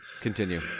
continue